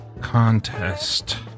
Contest